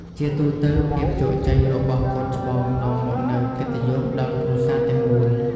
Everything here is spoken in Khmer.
ជាទូទៅ ភាពជោគជ័យរបស់កូនច្បងនាំមកនូវកិត្តិយសដល់គ្រួសារទាំងមូល។